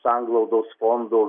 sanglaudos fondo